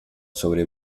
sobre